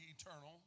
eternal